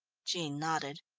jean nodded.